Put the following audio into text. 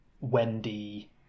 Wendy